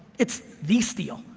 it's the steal.